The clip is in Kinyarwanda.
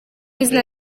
izina